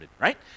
right